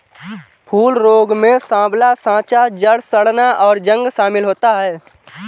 फूल रोग में साँवला साँचा, जड़ सड़ना, और जंग शमिल होता है